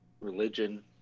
religion